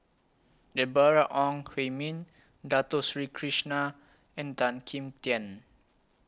Deborah Ong Hui Min Dato Sri Krishna and Tan Kim Tian